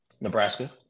Nebraska